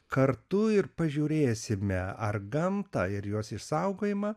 kartu ir pažiūrėsime ar gamtą ir jos išsaugojimą